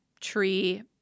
tree